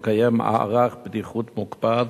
מקיים מערך בטיחות מוקפד,